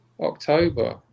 October